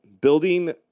building